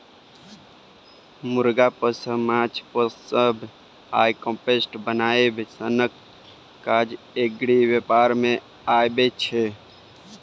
मुर्गा पोसब, माछ पोसब आ कंपोस्ट बनाएब सनक काज एग्री बेपार मे अबै छै